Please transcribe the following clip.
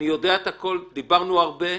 אני יודע את הכול, דיברנו הרבה.